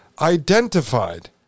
identified